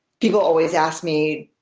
people always ask me,